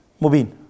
Mubin